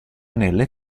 nelle